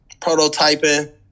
prototyping